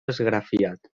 esgrafiat